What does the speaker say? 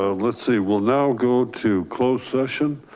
ah let's see, we'll now go to closed session.